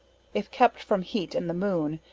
if kept from heat and the moon,